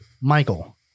Michael